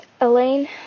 Elaine